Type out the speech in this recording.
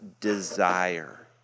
desire